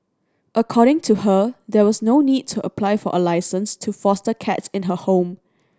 according to her there was no need to apply for a licence to foster cats in her home